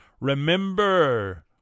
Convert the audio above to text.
Remember